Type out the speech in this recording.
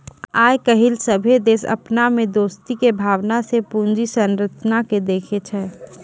आइ काल्हि सभ्भे देश अपना मे दोस्ती के भावना से पूंजी संरचना के देखै छै